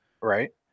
Right